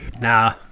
Nah